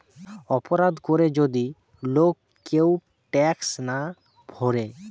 অপরাধ করে যদি লোক কেউ ট্যাক্স না ভোরে